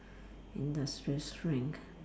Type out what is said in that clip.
industrial strength